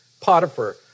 Potiphar